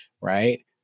Right